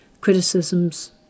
criticisms